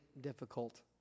difficult